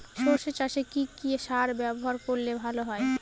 সর্ষে চাসে কি কি সার ব্যবহার করলে ভালো হয়?